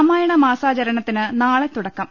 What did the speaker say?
രാമായണമാസാചരണത്തിന് നാളെ തുടക്കം